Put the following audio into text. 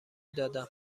دادم